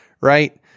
right